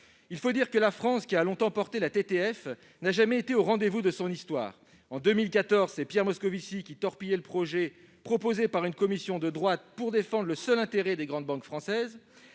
Il faut dire que la France, qui a longtemps porté la TTF, n'a jamais été au rendez-vous de son histoire. En 2014, c'est Pierre Moscovici qui torpillait le projet proposé par une Commission de droite, pour défendre le seul intérêt des grandes banques françaises.